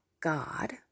God